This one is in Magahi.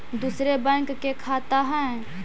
दुसरे बैंक के खाता हैं?